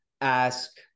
ask